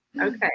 Okay